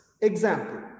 example